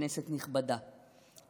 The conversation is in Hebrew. כנסת נכבדה,